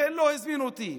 לכן לא הזמינו אותי.